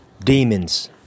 Demons